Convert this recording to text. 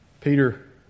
Peter